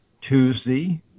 Tuesday